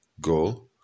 goal